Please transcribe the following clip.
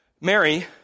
Mary